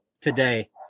today